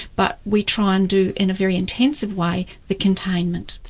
but we try and do, in a very intensive way, the containment.